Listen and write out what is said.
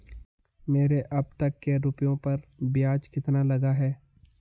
मेरे अब तक के रुपयों पर ब्याज कितना लगा है?